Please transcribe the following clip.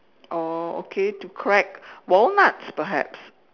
oh okay to crack walnuts perhaps